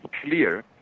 clear